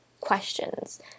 questions